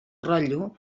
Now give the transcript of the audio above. rotllo